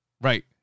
Right